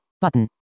Button